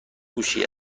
کوشی